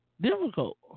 Difficult